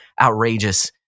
outrageous